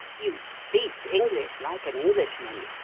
you speak english like an englishman.